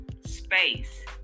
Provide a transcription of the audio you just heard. space